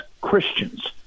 Christians